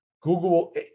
Google